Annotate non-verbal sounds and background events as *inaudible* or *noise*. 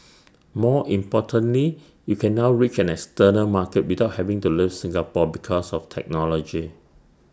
*noise* more importantly you can now reach an external market without having to leave Singapore because of technology